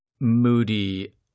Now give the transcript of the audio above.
moody